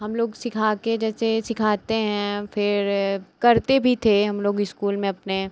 हम लोग सिखाकर जैसे सिखाते हैं फिर करते भी थे हम लोग इस्कूल में अपने